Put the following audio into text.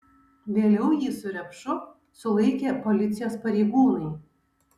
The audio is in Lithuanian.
vėliau jį su repšu sulaikė policijos pareigūnai